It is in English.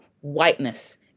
whiteness